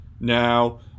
now